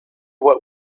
what